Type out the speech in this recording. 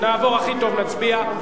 נעבור, הכי טוב, נצביע.